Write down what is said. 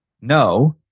No